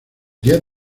diez